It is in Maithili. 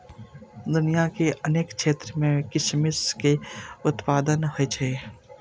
दुनिया के अनेक क्षेत्र मे किशमिश के उत्पादन होइ छै